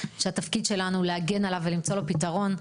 שהתפקיד שלנו זה להגן עליו ולמצוא לו פתרון.